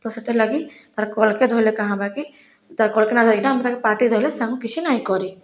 ତ ସେଥିର୍ ଲାଗି ତାର୍ କଲ୍କେ ଧଇଲେ କାଁ ହବା କି ତାର୍ କଲ୍କିନା ଧରିକିନା ଆମେ ତାଙ୍କେ ପାଟିରେ ଧଇଲେ ସେ ଆମକୁ କିସି ନାଇଁ କରି